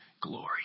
glory